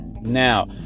Now